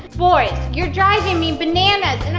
boys! you're driving me bananas and i'm